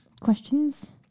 Questions